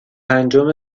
پنجم